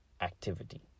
activity